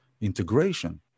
integration